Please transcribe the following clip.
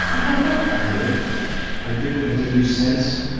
and i do, yeah i do. and when you sense